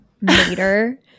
Mater